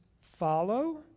Follow